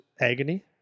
agony